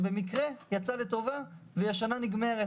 שבמקרה יצא לטובה שהיא נגמרת